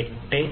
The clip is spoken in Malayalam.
11a